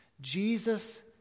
jesus